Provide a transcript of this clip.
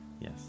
Yes